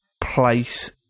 place